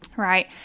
Right